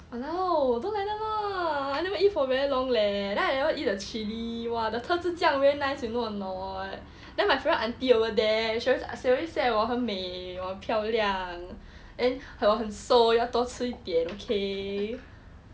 !walao! don't like that lah I never eat for very long leh then I never eat the chili !wah! the 特制酱 very nice you know or not then my favourite aunty over there she always she always say 我很美我很漂亮我很瘦要吃多一点 okay